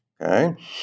okay